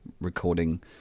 recording